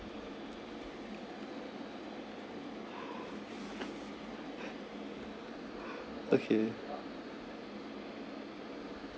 okay